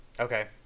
Okay